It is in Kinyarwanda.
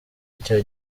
icyo